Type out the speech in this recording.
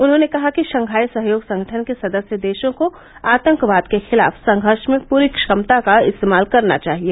उन्होंने कहा कि शंघाई सहयोग संगठन के सदस्य देशों को आतंकवाद के खिलाफ संघर्ष में पूरी क्षमता का इस्तेमाल करना चाहिए